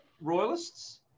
royalists